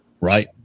right